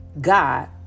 God